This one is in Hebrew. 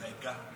אל תדאג,